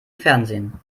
fernsehen